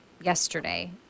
yesterday